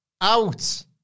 Out